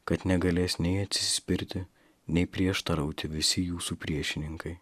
kad negalės nei atsispirti nei prieštarauti visi jūsų priešininkai